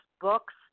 books